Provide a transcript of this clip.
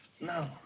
No